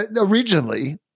originally